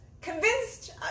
convinced